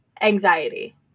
anxiety